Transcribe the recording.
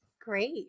Great